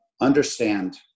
understand